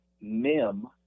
mem